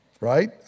Right